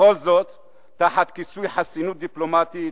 וכל זאת תחת כיסוי חסינות דיפלומטית,